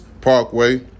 Parkway